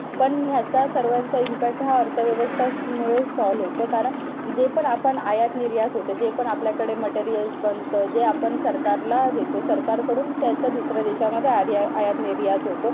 पण ह्याचा सर्वांचा इम्पॅक्ट हा अर्थव्यवस्थामुळेच सॉल्व होतो कारण जे पण आपण आयातनिर्यात होते जे पण आपल्याकडे मटेरिअल्स बनतं जे आपण सरकारला देतो सरकारकडून त्याचा दुसऱ्या देशांमधे आर्या आयातनिर्यात होतो